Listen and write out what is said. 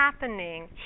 happening